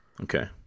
Okay